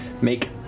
make